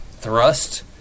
thrust